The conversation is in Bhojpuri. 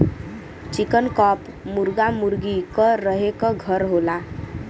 चिकन कॉप मुरगा मुरगी क रहे क घर होला